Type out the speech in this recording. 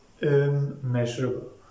immeasurable